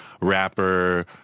rapper